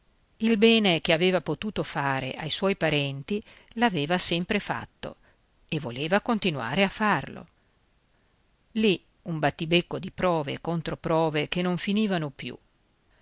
il bene che aveva potuto fare ai suoi parenti l'aveva sempre fatto e voleva continuare a farlo lì un battibecco di prove e controprove che non finivano più